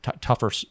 tougher